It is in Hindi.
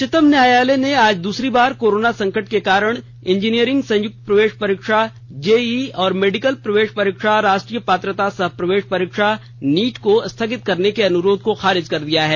उच्चतम न्यायालय ने आज दुसरी बार कोरोनो संकट के कारण इंजीनियरिंग संयुक्त प्रवेश परीक्षा जेईई और मेडिकल प्रवेश परीक्षा राष्ट्रीय पात्रता सह प्रवेश परीक्षा नीट को स्थगित करने को अनुरोध को खारिज कर दिया है